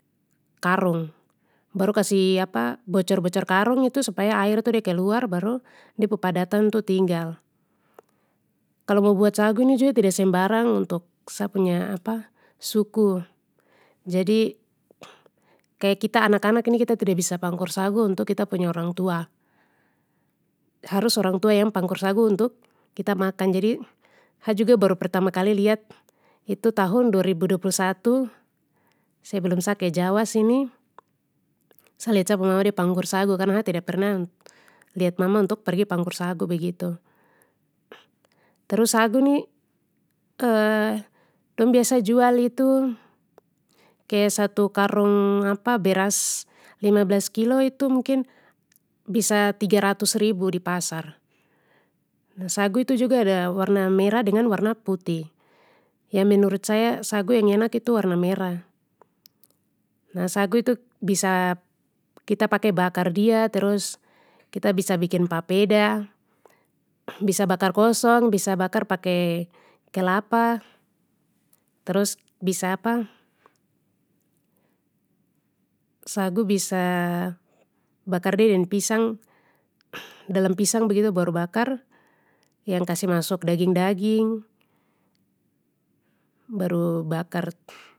Karung, baru kasih bocor bocor karung itu supaya air itu de keluar baru de pu padatan tu tinggal. Kalo mau buat sagu ini juga tidak sembarang untuk sa punya suku, jadi, kaya kita anak anak ini kita tidak bisa pangkur sagu untuk kita punya orang tua, harus orang tua yang pangkur sagu untuk kita makan jadi, ha juga baru pertama kali lihat itu tahun dua ribu dua puluh satu, sebelum sa ke jawa sini, sa lihat sa pu mama de pangkur sagu karna ha tida pernah lihat mama untuk pergi pangkur sagu begitu. Terus sagu ni dong biasa jual itu kaya satu karung beras lima belas kilo itu mungkin bisa tiga ratus ribu di pasar, nah sagu itu juga ada warna merah dengan warna putih, ya menurut saya sagu yang enak itu warna merah. Nah sagu itu bisa, kita pake bakar dia terus kita bisa bikin papeda, bisa bakar kosong bisa bakar pake kelapa. Terus, bisa sagu bisa, bakar de deng pisang, dalam pisang begitu baru bakar, yang kasih masuk daging daging baru bakar.